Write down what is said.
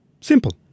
Simple